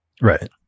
right